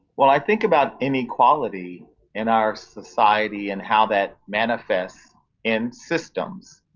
well, i think about inequality in our society and how that manifests in systems.